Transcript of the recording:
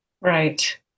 Right